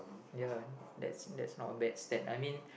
ya that's that's not a bad step I mean